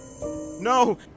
No